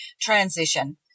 transition